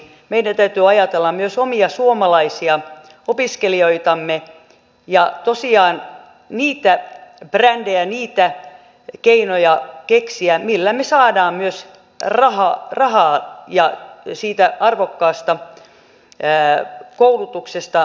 meidän täytyy ajatella myös omia suomalaisia opiskelijoitamme ja tosiaan keksiä niitä brändejä niitä keinoja millä me saamme myös rahaa ja lisäansiota siitä arvokkaasta koulutuksesta